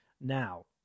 now